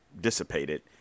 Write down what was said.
dissipated